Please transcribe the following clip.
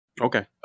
Okay